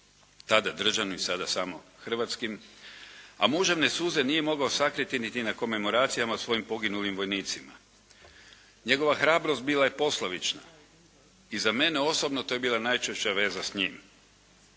tada Državnim sada samo Hrvatskim, a muževne suze nije mogao sakriti niti na komemoracijama svojim poginulim vojnicima. Njegova hrabrost bila je poslovična i za mene osobno to je bila najčešća veza s njim.